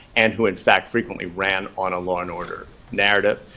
and who in fact frequently ran on a law and order narrative.